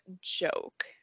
joke